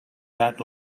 that